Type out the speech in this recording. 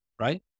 right